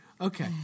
Okay